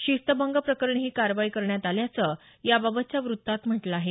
शिस्तभंग प्रकरणी ही कारवाई करण्यात आल्याचं याबाबतच्या वृत्तात म्हटलं आहे